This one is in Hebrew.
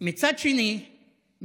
מצד שני,